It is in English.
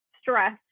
stress